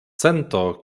sento